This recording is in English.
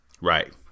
Right